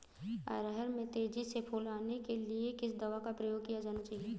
अरहर में तेजी से फूल आने के लिए किस दवा का प्रयोग किया जाना चाहिए?